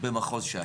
במחוז ש"י,